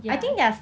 ya